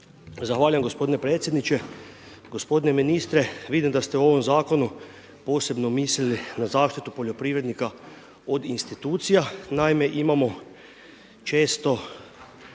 Zahvaljujem gospodine predsjedniče. Gospodine ministre, vidim da ste u ovom zakonu posebno mislili na zaštitu poljoprivrednika od institucija, naime, imamo često